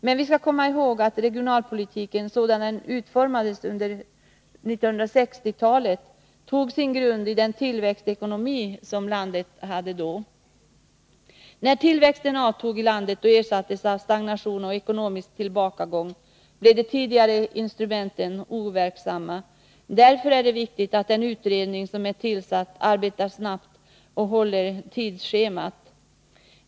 Men vi skall komma ihåg att regionalpolitiken, sådan den utformades under 1960-talet, hade sin grund i den tillväxtekonomi som landet hade då. När tillväxten avtog i landet och ersattes av stagnation och ekonomisk tillbakagång blev de tidigare instrumenten overksamma. Därför är det viktigt att den utredning som är tillsatt arbetar snabbt och håller tidsschemat.